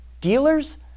Dealers